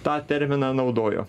tą terminą naudojo